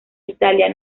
italia